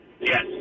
Yes